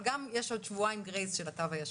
אבל גם יש עוד שבועיים גרייס של התו הישן.